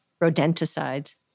rodenticides